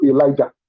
Elijah